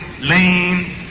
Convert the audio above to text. Lane